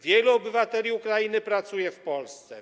Wielu obywateli Ukrainy pracuje w Polsce.